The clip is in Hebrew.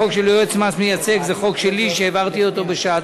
החוק של יועץ מס מייצג זה חוק שלי שהעברתי בשעתו.